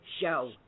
show